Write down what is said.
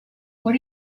are